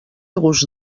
gust